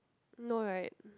no right